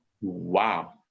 Wow